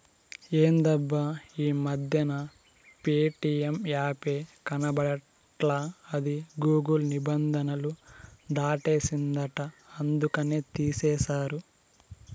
ఎందబ్బా ఈ మధ్యన ప్యేటియం యాపే కనబడట్లా అది గూగుల్ నిబంధనలు దాటేసిందంట అందుకనే తీసేశారు